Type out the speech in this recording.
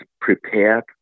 prepared